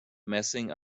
messing